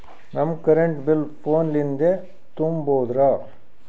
ನಮ್ current bill ಫೋನ ಲಿಂದೇ ತುಂಬೌದ್ರಾ?